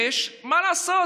ומה לעשות,